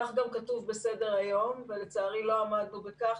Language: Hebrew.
כך גם כתוב בסדר-היום, ולצערי לא עמדנו בכך.